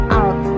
out